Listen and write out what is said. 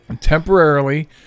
Temporarily